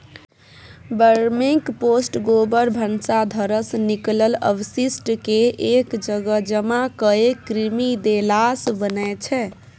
vermicompost गोबर, भनसा घरसँ निकलल अवशिष्टकेँ एक जगह जमा कए कृमि देलासँ बनै छै